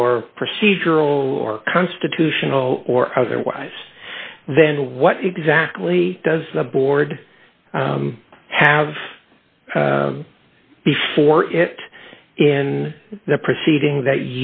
or procedural or constitutional or otherwise then what exactly does the board have before it in the proceeding that